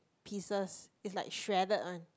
pieces is like shredded one